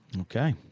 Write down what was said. Okay